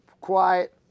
quiet